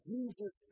Jesus